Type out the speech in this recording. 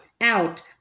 out